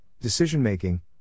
decision-making